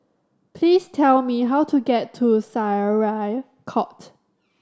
please tell me how to get to Syariah Court